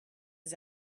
his